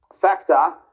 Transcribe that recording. factor